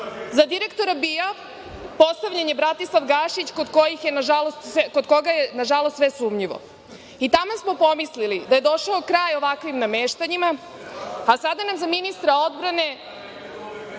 Za direktora BIA postavljen je Bratislav Gašić, kod koga je, nažalost, sve sumnjivo. I taman smo pomislili da je došao kraj ovakvim nameštanjima, a sada nam za ministra odbrane